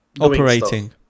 operating